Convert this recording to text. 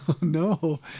No